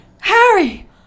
Harry